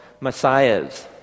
messiahs